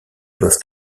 doivent